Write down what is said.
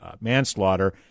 manslaughter